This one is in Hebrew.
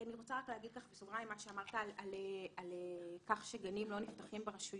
אני רוצה להגיד בסוגריים לגבי מה שאמרת שגנים לא נפתחים ברשויות.